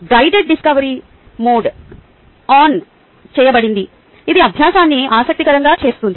guided discovery mode on చేయబడింది ఇది అభ్యాసాన్ని ఆసక్తికరంగా చేస్తుంది